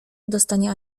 dostanie